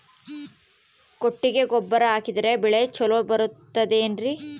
ಕೊಟ್ಟಿಗೆ ಗೊಬ್ಬರ ಹಾಕಿದರೆ ಬೆಳೆ ಚೊಲೊ ಬರುತ್ತದೆ ಏನ್ರಿ?